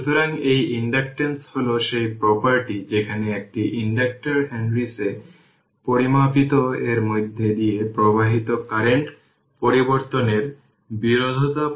সুতরাং শুধুমাত্র inductor resistance বিবেচনা করুন এছাড়াও ইন্ডাকটর এর ইন্ডাকট্যান্স এবং ইন্ডাকট্যান্স খুঁজে বের করার জন্য বিবেচনা করুন এবং Cw সাধারণত এটি বিবেচনা করে না